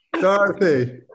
Dorothy